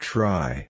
Try